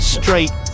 straight